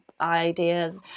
ideas